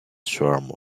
swarm